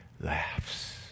laughs